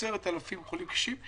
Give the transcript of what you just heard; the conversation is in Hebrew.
וכ-10,000 חולים קשים.